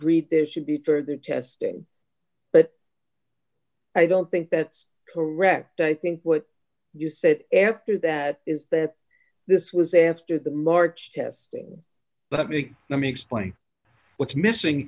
agreed there should be further testing but i don't think that's correct i think what you said after that is that this was after the march test but make let me explain what's missing